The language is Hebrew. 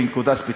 בנקודה ספציפית.